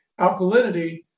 alkalinity